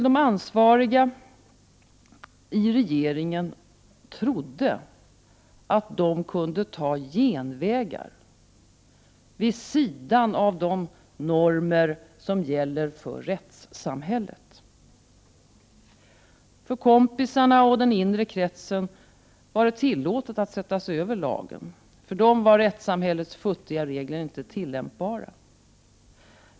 De ansvariga i regeringen trodde att de kunde ta genvägar vid sidan av de normer som gäller för rättssamhället. För kompisarna och den inre kretsen var det tillåtet att sätta sig över lagen. För dem var rättssamhällets futtiga regler inte tillämpbara.